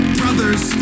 brothers